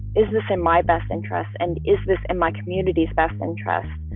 is this in my best interests and is this in my community's best interest?